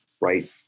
right